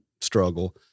struggle